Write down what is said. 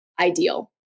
ideal